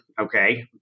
Okay